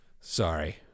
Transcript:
Sorry